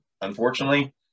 unfortunately